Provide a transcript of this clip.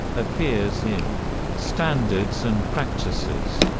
appears in standards and practices,